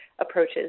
approaches